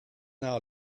hour